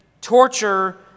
torture